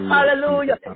Hallelujah